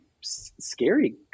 scary